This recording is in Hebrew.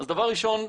אז דבר ראשון,